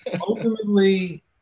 Ultimately